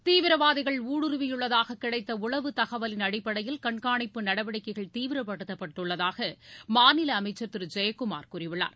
தீவிரவாதிகள் ஊடுருவியுள்ளதாக கிடைத்த உளவுத் தகவலின் அடிப்படையில் கண்காணிப்பு நடவடிக்கைகள் தீவிரப்படுத்தப்பட்டுள்ளதாக மாநில அமைச்சர் திரு ஜெயக்குமார் கூறியுள்ளார்